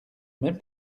même